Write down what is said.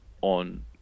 on